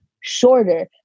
shorter